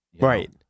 right